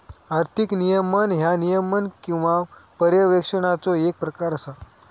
आर्थिक नियमन ह्या नियमन किंवा पर्यवेक्षणाचो येक प्रकार असा